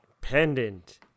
Pendant